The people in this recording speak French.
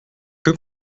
que